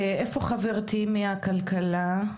איפה חברתי מהכלכלה?